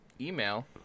email